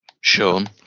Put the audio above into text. shown